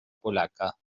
polaca